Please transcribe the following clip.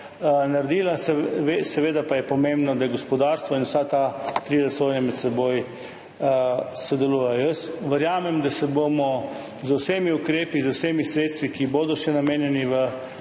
naredila. Seveda pa je pomembno, da gospodarstvo in vsi ti trije resorji med seboj sodelujejo. Verjamem, da se bomo z vsemi ukrepi, z vsemi sredstvi, ki bodo še namenjena v